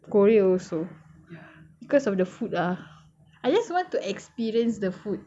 korea also because of the food lah I just want to experience the food